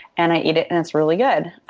and i eat it and it's really good.